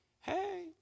Hey